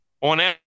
on